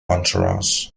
entourage